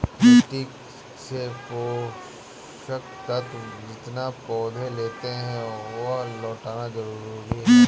मिट्टी से पोषक तत्व जितना पौधे लेते है, वह लौटाना जरूरी है